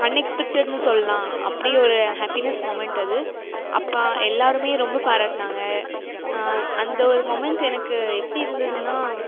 an எக்ஸ்பெக்ட்டடுன்னு சொல்லலாம் அப்படியொரு ஹாப்பினஸ் மொமெண்ட் அது அப்பா எல்லாருமே ரொம்ப பாராட்டுனாங்க அந்த ஒரு மொமெண்ட் எனக்கு எப்படி இருந்துன்னா